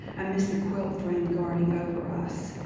i missed the quilt frame guarding over us.